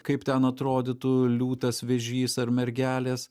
kaip ten atrodytų liūtas vėžys ar mergelės